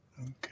Okay